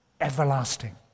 everlasting